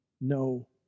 no